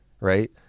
Right